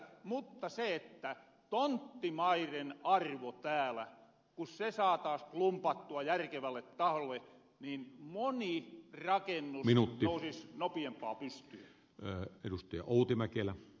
mutta tonttimaiden arvo täällä kun se saataisiin klumpattua järkevälle tasolle niin moni rakennus nousisi nopiampaan pystyyn